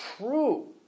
true